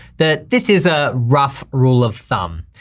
that this is a rough rule of thumb.